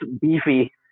beefy